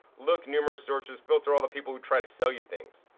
look numerous sources, filter all the people who try to sell you things.